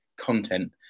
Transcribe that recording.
content